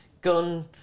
gun